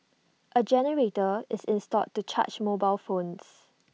A generator is installed to charge mobile phones